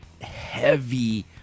heavy